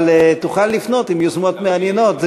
אבל תוכל לפנות עם יוזמות מעניינות.